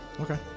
Okay